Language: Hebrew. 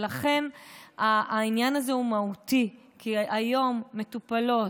ולכן העניין הזה הוא מהותי כי היום מטופלות